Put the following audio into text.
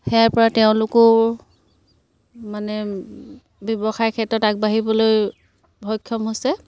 ইয়াৰপৰা তেওঁলোকো মানে ব্যৱসায় ক্ষেত্ৰত আগবাঢ়িবলৈ সক্ষম হৈছে